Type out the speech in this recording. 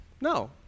No